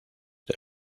del